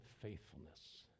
faithfulness